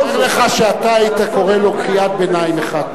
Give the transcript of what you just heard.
תאר לך שאתה היית קורא לו קריאת ביניים אחת,